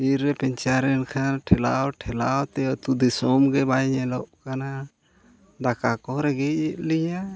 ᱵᱤᱨ ᱨᱮ ᱯᱟᱢᱪᱟᱨ ᱮᱱᱠᱷᱟᱱ ᱴᱷᱮᱞᱟᱣ ᱴᱷᱮᱞᱟᱣᱛᱮ ᱟᱛᱳ ᱫᱤᱥᱚᱢ ᱜᱮ ᱵᱟᱭ ᱧᱮᱞᱚᱜ ᱠᱟᱱᱟ ᱫᱟᱠᱟ ᱠᱚ ᱨᱮᱸᱜᱮᱡᱮᱫ ᱞᱤᱧᱟ